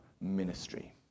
ministry